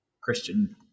Christian